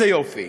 איזה יופי.